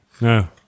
No